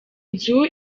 nzu